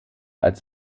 als